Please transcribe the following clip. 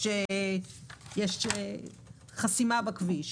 יש חסימה בכביש.